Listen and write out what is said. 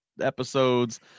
episodes